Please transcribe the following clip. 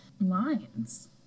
lines